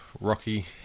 Rocky